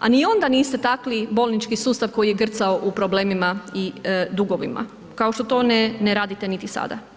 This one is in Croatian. a ni onda niste takli bolnički sustav koji je grcao u problemima i dugovima kao što to ne radite niti sada.